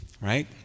Right